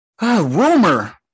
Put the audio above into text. Rumor